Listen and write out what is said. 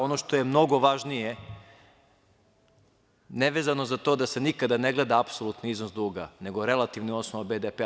Ono što je mnogo važnije nevezano za to da se nikada ne gleda apsolutni iznos duga, nego relativni osnov BDP-a.